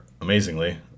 amazingly